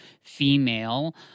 female—